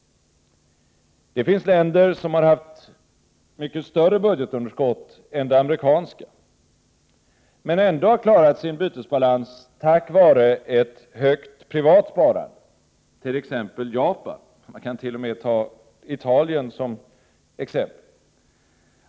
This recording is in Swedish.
Det finns länder som har haft mycket större budgetunderskott än det amerikanska men ändå har klarat sin bytesbalans tack vare ett högt privat sparande, t.ex. Japan och t.o.m. Italien.